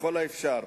ככל האפשר.